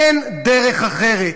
אין דרך אחרת.